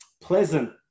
pleasant